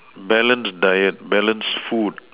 balanced diet balanced food